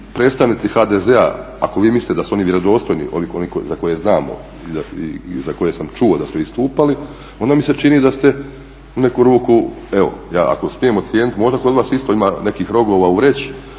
predstavnici HDZ-a ako vi mislite da su oni vjerodostojni oni za koje znamo i za koje sam čuo da su istupali onda mi se čini da ste u neku ruku, evo ja ako smijem ocijenit možda kod vas isto ima nekih rogova u vreći,